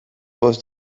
bost